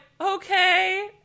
Okay